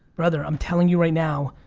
brother i'm telling you right now.